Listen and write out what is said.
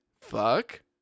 fuck